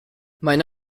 meine